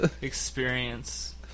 experience